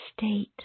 state